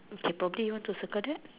okay probably you want to circle that